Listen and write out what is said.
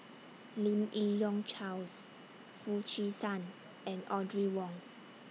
Lim Yi Yong Charles Foo Chee San and Audrey Wong